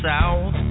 South